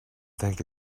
think